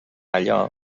allò